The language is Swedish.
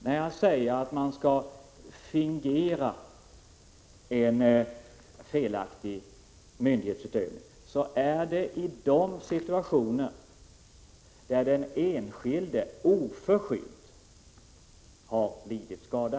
När jag säger att man skall fingera en felaktig myndighetsutövning, så avser jag de situationer där den enskilde oförskyllt har lidit skada.